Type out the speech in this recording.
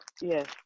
yes